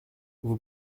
vous